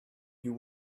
you